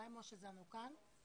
מה עם משה זנה, הוא כאן?